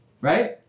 Right